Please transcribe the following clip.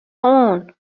اون